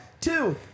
Two